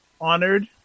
honored